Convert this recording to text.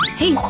hey,